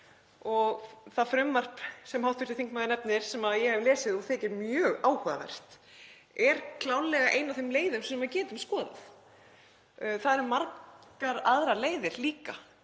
og það frumvarp sem hv. þingmaður nefnir, sem ég hef lesið og þykir mjög áhugavert, er klárlega ein af þeim leiðum sem við getum skoðað. Það eru margar aðrar leiðir líka.